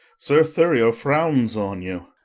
sir thurio frowns on you.